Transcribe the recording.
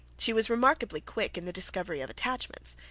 she was remarkably quick in the discovery of attachments,